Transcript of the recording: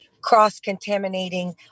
cross-contaminating